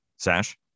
Sash